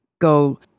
go